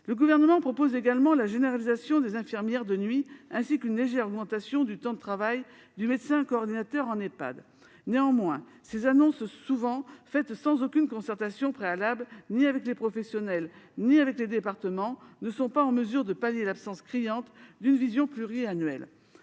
Le Gouvernement propose également la généralisation des infirmières de nuit ainsi qu'une légère augmentation du temps de travail du médecin coordinateur en Ehpad. Néanmoins, ces annonces, souvent faites sans aucune concertation préalable, ni avec les professionnels ni avec les départements, ne sont pas en mesure de pallier l'absence criante d'une vision pluriannuelle.